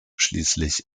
schließlich